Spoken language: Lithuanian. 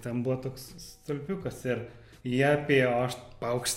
ten buvo toks stulpiukas ir jie apėjo o aš paukšt